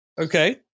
Okay